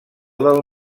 del